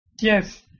Yes